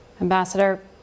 Ambassador